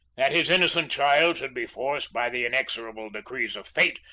that his innocent child should be forced, by the inexorable decrees of fate,